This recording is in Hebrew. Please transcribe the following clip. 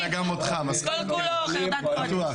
כל כולו חרדת קודש.